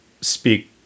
speak